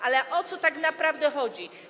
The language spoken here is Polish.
Ale o co tak naprawdę chodzi?